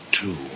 two